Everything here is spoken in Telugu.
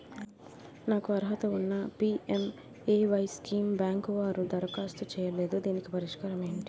నాకు అర్హత ఉన్నా పి.ఎం.ఎ.వై స్కీమ్ బ్యాంకు వారు దరఖాస్తు చేయలేదు దీనికి పరిష్కారం ఏమిటి?